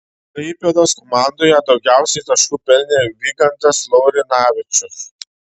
klaipėdos komandoje daugiausiai taškų pelnė vygantas laurinavičius